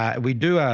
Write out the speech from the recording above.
um we do.